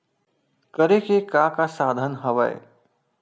करे के का का साधन हवय?